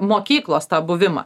mokyklos tą buvimą